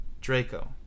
Draco